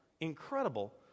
incredible